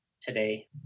today